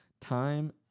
Time